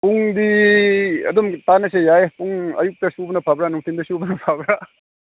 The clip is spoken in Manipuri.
ꯄꯨꯡꯗꯤ ꯑꯗꯨꯝ ꯇꯥꯅꯁꯦ ꯌꯥꯏꯌꯦ ꯄꯨꯡ ꯑꯌꯨꯛꯇ ꯁꯨꯕꯅ ꯐꯕ꯭ꯔꯥ ꯅꯨꯡꯊꯤꯟꯗ ꯁꯨꯕꯅ ꯐꯕ꯭ꯔꯥ